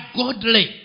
godly